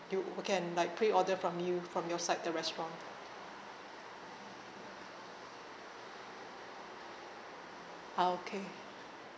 you can like pre-order from you from your side the restaurant okay